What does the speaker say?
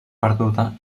perduda